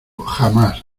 jamás